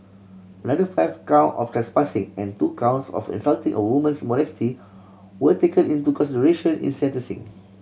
another five count of trespassing and two counts of insulting a woman's modesty were taken into consideration in sentencing